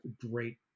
great